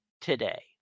today